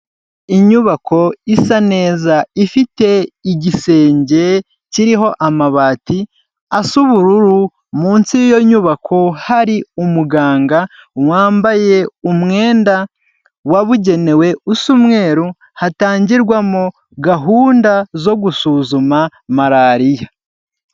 Inyubako isa neza ifite igisenge kiriho amabati asa ubururu, munsi yiyo nyubako hari umuganga wambaye umwenda wabugenewe, usa umweru hatangirwamo gahunda zo gusuzuma malariya.